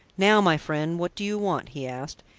now, my friend, what do you want? he asked.